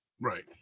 Right